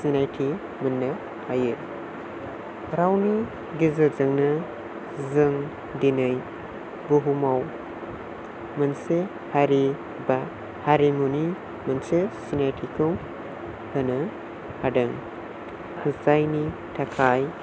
सिनायथि मोन्नो हायो रावनि गेजेरजोंनो जों दिनै बुहुमाव मोनसे हारि बा हारिमुनि मोनसे सिनायथिखौ होनो हादों जायनि थाखाय